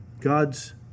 God's